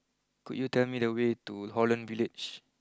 could you tell me the way to Holland Village